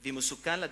והוא מסוכן לדמוקרטיה.